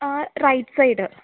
ആ right side